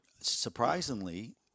surprisingly